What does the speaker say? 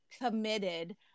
committed